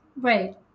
Right